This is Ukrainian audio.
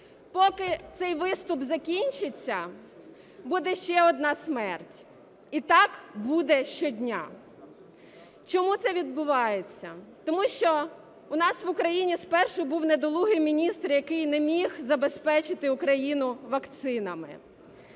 Поки цей виступ закінчиться, буде ще одна смерть. І так буде щодня. Чому це відбувається? Тому що у нас в Україні спершу був недолугий міністр, який не міг забезпечити Україну вакцинами,